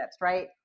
right